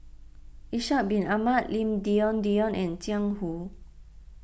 Ishak Bin Ahmad Lim Denan Denon and Jiang Hu